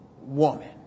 woman